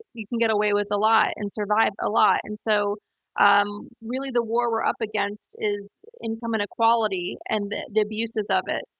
you can get away with a lot and survive a lot. and so um really the war we're up against is income inequality, and the abuses of it.